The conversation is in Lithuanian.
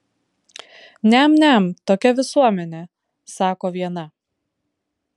niam niam tokia visuomenė sako viena